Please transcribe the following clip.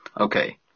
okay